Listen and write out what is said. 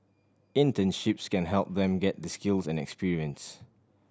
internships can help them get the skills and experience